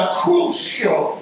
crucial